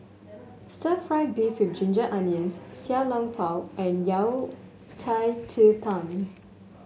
stir fry beef with Ginger Onions Xiao Long Bao and Yao Cai Ji Tang